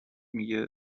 میگه